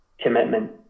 commitment